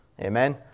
Amen